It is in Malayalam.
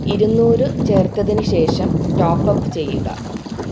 ഇരുന്നൂറ് ചേർത്തതിന് ശേഷം ടോപ്പപ് ചെയ്യുക